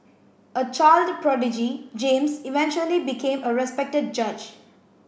a child prodigy James eventually became a respected judge